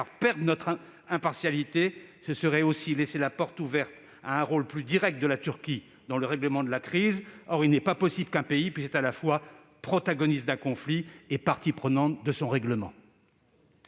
perdre notre impartialité, ce serait aussi laisser la porte ouverte à un rôle plus direct de la Turquie dans le règlement de la crise. Or il n'est pas possible qu'un pays puisse être à la fois protagoniste d'un conflit et partie prenante de son règlement.